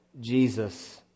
Jesus